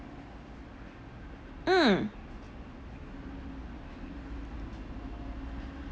mm